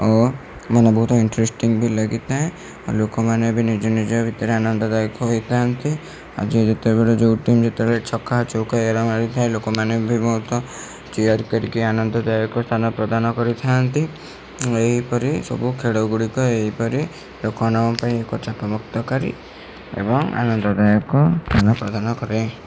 ଓ ମାନେ ବହୁତ ଇଣ୍ଟରେଷ୍ଟିଙ୍ଗ ବି ଲାଗିଥାଏ ଆଉ ଲୋକମାନେ ବି ନିଜ ନିଜ ଭିତରେ ଆନନ୍ଦଦାୟକ ହୋଇଥାନ୍ତି ଆଉ ଯିଏ ଯେତେବେଳେ ଯଉ ଟିମ୍ ଛକା ଚଉକା ଏଇଗୁଡ଼ା ମାରିଥାଏ ଲୋକମାନେ ବି ବହୁତ ଚିଅର୍ କରିକି ବହୁତ ଆନନ୍ଦଦାୟକ ସ୍ଥାନ ପ୍ରଦାନ କରିଥାନ୍ତି ଏହିପରି ସବୁ ଖେଳଗୁଡ଼ିକ ଏହିପରି ଲୋକମାନଙ୍କ ପାଇଁ ଚାପମୁକ୍ତକାରୀ ଏବଂ ଆନନ୍ଦଦାୟକ ପ୍ରଦାନ କରେ